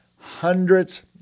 hundreds